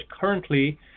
currently